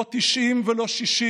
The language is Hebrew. לא 90 ולא 60,